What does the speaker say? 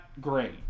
great